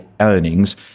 earnings